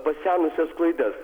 pasenusias klaidas